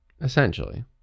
essentially